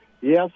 yes